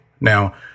Now